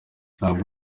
ntabwo